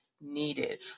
needed